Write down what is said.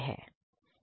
हां